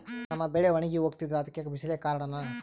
ನಮ್ಮ ಬೆಳೆ ಒಣಗಿ ಹೋಗ್ತಿದ್ರ ಅದ್ಕೆ ಬಿಸಿಲೆ ಕಾರಣನ?